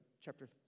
chapter